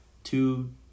two